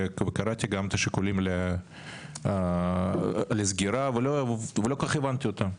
וקראתי גם את השיקולים לסגירה ולא כל כך הבנתי אותם,